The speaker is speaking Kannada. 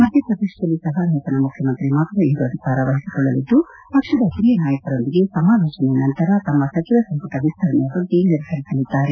ಮಧ್ಯಪ್ರದೇಶದಲ್ಲಿ ಸಹ ನೂತನ ಮುಖ್ಯಮಂತ್ರಿ ಮಾತ್ರ ಇಂದು ಅಧಿಕಾರ ವಹಿಸಿಕೊಳ್ಳಲಿದ್ದು ಪಕ್ಷದ ಹಿರಿಯ ನಾಯಕರೊಂದಿಗೆ ಸಮಾಲೋಚನೆಯ ನಂತರ ತಮ್ಮ ಸಚಿವ ಸಂಪುಟ ವಿಸ್ತರಣೆಯ ಬಗ್ಗೆ ನಿರ್ಧರಿಸಲಿದ್ದಾರೆ